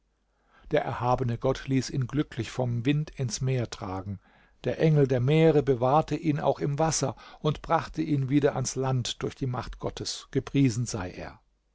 der erhabene gott ließ ihn glücklich vom wind ins meer tragen der engel der meere bewahrte ihn auch im wasser und brachte ihn wieder ans land durch die macht gottes gepriesen sei er